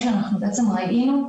התכנסנו ב-7 בדצמבר.